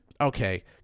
Okay